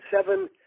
seven